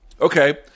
okay